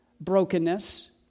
brokenness